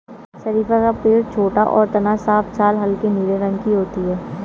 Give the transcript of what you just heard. शरीफ़ा का पेड़ छोटा और तना साफ छाल हल्के नीले रंग की होती है